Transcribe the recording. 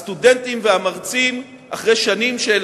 הסטודנטים והמרצים, אחרי שנים של